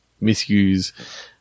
misuse